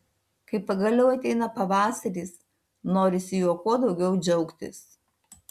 kai pagaliau ateina pavasaris norisi juo kuo daugiau džiaugtis